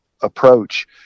approach